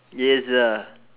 yes